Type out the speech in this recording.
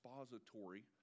expository